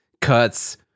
cuts